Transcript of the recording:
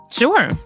sure